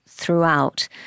throughout